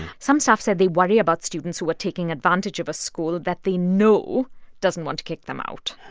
some staff said they worry about students who were taking advantage of a school that they know doesn't want to kick them out.